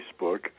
Facebook